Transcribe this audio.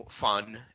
fun